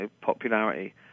popularity